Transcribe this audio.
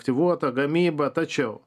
aktyvuota gamyba tačiau